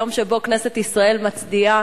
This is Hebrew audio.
היום שבו כנסת ישראל מצדיעה